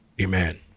Amen